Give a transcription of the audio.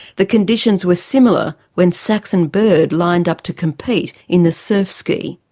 the conditions were similar when saxon bird lined up to compete in the surf ski.